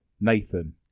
Nathan